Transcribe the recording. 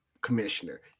commissioner